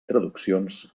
traduccions